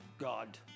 God